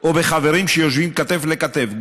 או בחברים שיושבים כתף אל כתף,